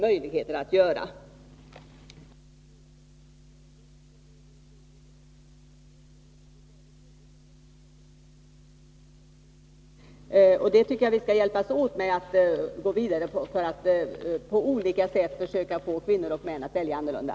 Beträffande den könsuppdelade arbetsmarknaden tycker jag att vi skall hjälpas åt för att kunna gå vidare och på olika sätt försöka få kvinnor och män att välja annorlunda.